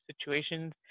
situations